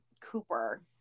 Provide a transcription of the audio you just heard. Cooper